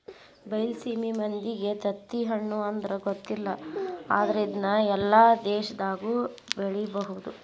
ಬೈಲಸೇಮಿ ಮಂದಿಗೆ ತತ್ತಿಹಣ್ಣು ಅಂದ್ರ ಗೊತ್ತಿಲ್ಲ ಆದ್ರ ಇದ್ನಾ ಎಲ್ಲಾ ಪ್ರದೇಶದಾಗು ಬೆಳಿಬಹುದ